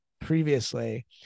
previously